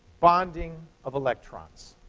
bonding of electrons.